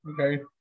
Okay